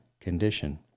condition